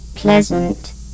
Pleasant